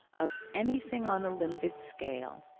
of anything on a limited scale,